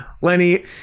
lenny